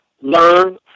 learn